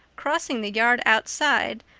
crossing the yard outside,